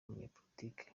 umunyapolitike